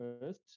first